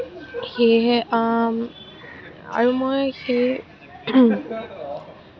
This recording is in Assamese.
সেয়েহে আৰু মই সেই